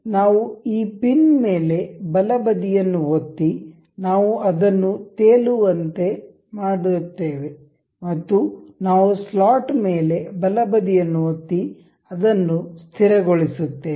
ನಾವು ಈ ಪಿನ್ ಮೇಲೆ ಬಲಬದಿಯನ್ನು ಒತ್ತಿ ನಾವು ಅದನ್ನು ತೇಲುವಂತೆ ಮಾಡುತ್ತೇವೆ ಮತ್ತು ನಾವು ಸ್ಲಾಟ್ ಮೇಲೆ ಬಲಬದಿಯನ್ನು ಒತ್ತಿ ಅದನ್ನು ಸ್ಥಿರಗೊಳಿಸುತ್ತೇವೆ